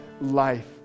life